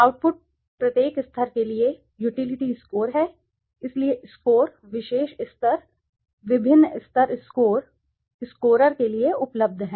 output प्रत्येक स्तर के लिए यूटिलिटी स्कोर हैं इसलिए स्कोर विशेष स्तर विभिन्न स्तर स्कोर स्कोरर के लिए उपलब्ध हैं